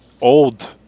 old